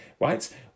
right